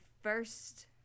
first